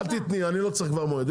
אל תתני אני לא צריך כבר מועד,